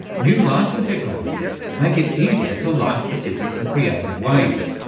new lighting technologies make it easier to light a city in creative ways,